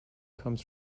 comes